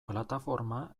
plataforma